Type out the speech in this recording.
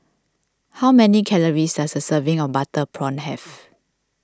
how many calories does a serving of Butter Prawn have